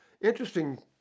interesting